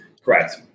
Correct